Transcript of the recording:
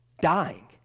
Dying